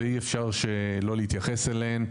ואי אפשר לא להתייחס אליהם.